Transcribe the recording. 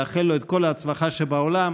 לאחל לו את כל ההצלחה שבעולם.